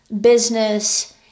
business